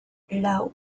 lau